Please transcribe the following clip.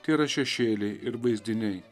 tėra šešėliai ir vaizdiniai